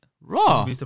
Raw